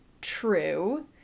true